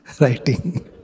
writing